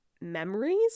memories